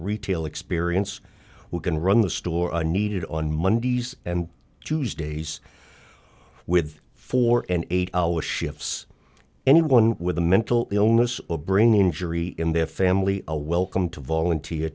retail experience who can run the store are needed on mondays and tuesdays with four and eight hour shifts anyone with a mental illness will bring injury in their family a welcome to volunteer